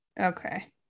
okay